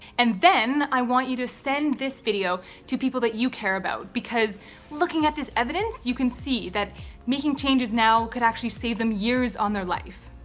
and then i want you to send this video to people that you care about. because looking at this evidence, you can see that making changes now could actually save them years on their life.